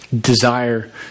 Desire